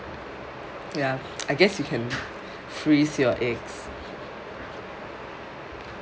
ya I guess you can freeze your eggs